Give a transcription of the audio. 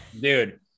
dude